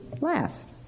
last